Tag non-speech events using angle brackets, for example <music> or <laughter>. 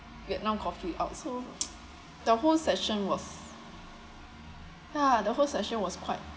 vietnam coffee out so <noise> the whole session was ya the whole session was quite